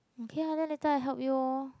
okay ah then later I help you lor